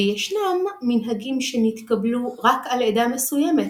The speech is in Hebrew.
וישנם מנהגים שנתקבלו רק על עדה מסוימת,